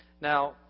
Now